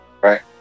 Right